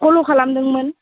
फल' खालामदोंमोन